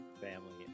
family